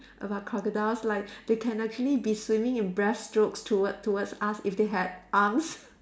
about crocodiles like they can actually be swimming in breaststrokes toward towards us if they had arms